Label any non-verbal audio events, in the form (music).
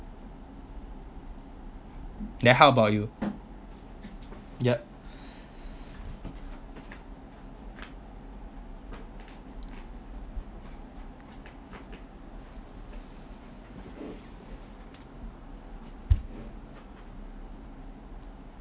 then how about you yup (breath)